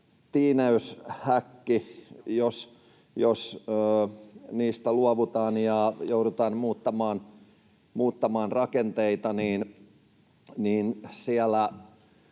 tiineyshäkki: jos niistä luovutaan ja joudutaan muuttamaan rakenteita, niin siellä